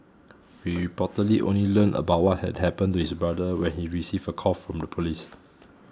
he reportedly only learned about what had happened to his brother when he received a call from the police